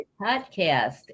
Podcast